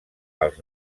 als